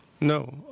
No